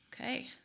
Okay